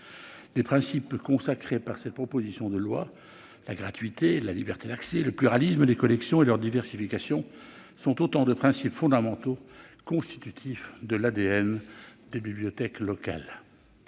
Les principes consacrés par cette proposition de loi- la gratuité, la liberté d'accès, le pluralisme des collections et leur diversification -sont autant de principes fondamentaux constitutifs de l'ADN des bibliothèques locales.